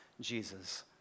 Jesus